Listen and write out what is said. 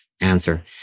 answer